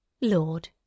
Lord